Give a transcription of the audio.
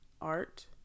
art